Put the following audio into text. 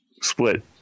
split